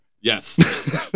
Yes